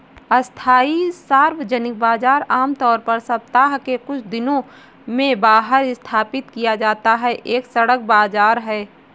अस्थायी सार्वजनिक बाजार, आमतौर पर सप्ताह के कुछ दिनों में बाहर स्थापित किया जाता है, एक सड़क बाजार है